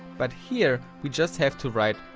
but here we just have to write.